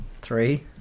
three